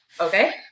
Okay